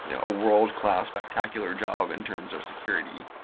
you know a world class, spectacular job in terms of security,